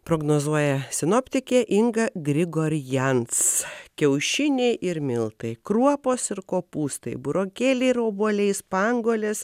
prognozuoja sinoptikė inga grigorjans kiaušiniai ir miltai kruopos ir kopūstai burokėliai obuoliai spanguolės